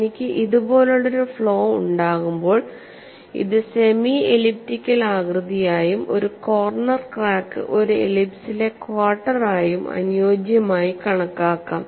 എനിക്ക് ഇതുപോലുള്ള ഒരു ഫ്ലോ ഉണ്ടാകുമ്പോൾ ഇത് സെമി എലിപ്റ്റിക്കൽ ആകൃതിയായും ഒരു കോർണർ ക്രാക്ക് ഒരു എലിപ്സിലെ ക്വാർട്ടർ ആയും അനുയോജ്യമായി കണക്കാക്കാം